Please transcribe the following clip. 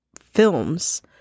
Films